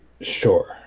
Sure